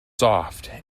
soft